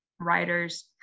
writers